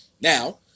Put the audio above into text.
Now